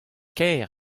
kaer